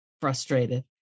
frustrated